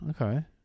Okay